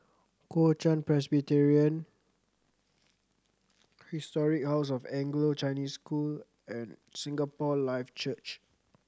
Kuo Chuan Presbyterian Historic House of Anglo Chinese School and Singapore Life Church